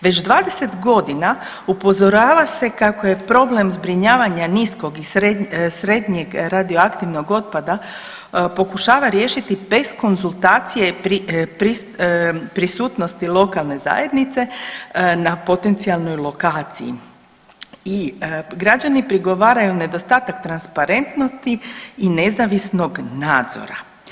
Već 20 godina upozorava se kako je problem zbrinjavanja niskog i srednjeg radioaktivnog otpada pokušava riješiti bez konzultacije prisutnosti lokalne zajednice na potencionalnoj lokaciji i građani prigovaraju nedostatak transparentnosti i nezavisnog nadzora.